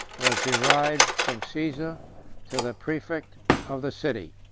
was derived from caesar to the praefect of the city.